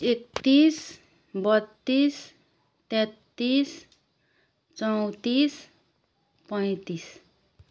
एक्तिस बत्तिस तेँत्तिस चौँतिस पैँतिस